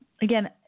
Again